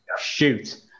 shoot